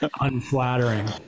unflattering